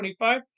25